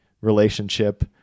relationship